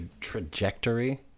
trajectory